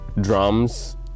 drums